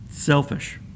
Selfish